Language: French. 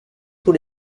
tous